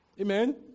Amen